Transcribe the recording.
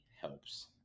helps